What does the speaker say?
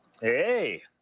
Hey